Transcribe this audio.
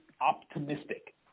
optimistic